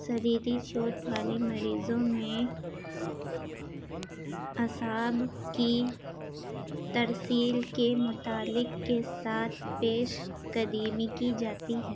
شریری چوٹ والے مریضوں میں اعصاب کی ترسیل کے مطالعے کے ساتھ پیش قدیمی کی جاتی ہیں